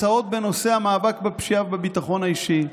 הוא הצעות בנושא המאבק בפשיעה ובביטחון האישי.